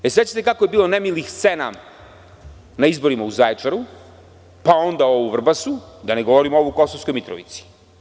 Da li se sećate kako je bilo nemilih scena na izborima u Zaječaru, pa onda u Vrbasu, da ne govorim o ovim u Kosovskoj Mitrovici.